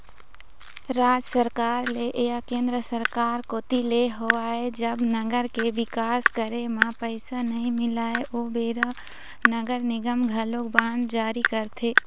राज सरकार ले या केंद्र सरकार कोती ले होवय जब नगर के बिकास करे म पइसा नइ मिलय ओ बेरा नगर निगम घलोक बांड जारी करथे